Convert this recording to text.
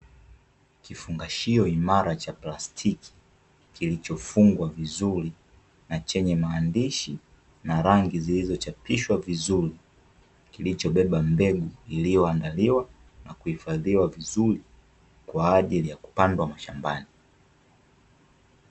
Kujifungashio imara cha plastiki kilichofungwa vizuri na chenye maandishi na rangi zilizochapishwa vizuri kilichobeba mbegu iliyoandaliwa na kuhifadhiwa vizuri kwa ajili ya kupandwa mashambani.